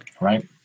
right